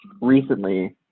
recently